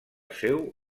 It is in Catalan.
seu